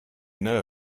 know